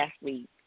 athletes